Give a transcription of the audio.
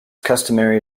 customary